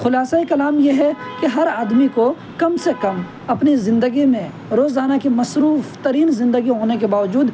خلاصہ کلام یہ ہے کہ ہر آدمی کو کم سے کم اپنی زندگی میں روزانہ کے مصروف ترین زندگی ہونے کے باوجود